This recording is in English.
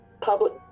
public